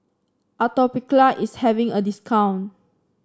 atopiclair is having a discount